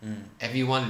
mm